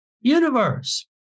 universe